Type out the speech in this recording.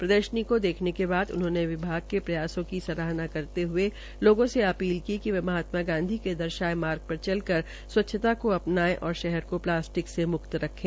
प्रदर्शनी को देखने के बाद उन्होंने कहा कि विभाग के प्रयासों की सराहना करते हये लोगों से अधील की कि वे महात्मा गांधी के दर्शाये मार्ग र चल कर स्वच्छता को अ नाये व शहर को प्लास्टिक से मुक्त रखे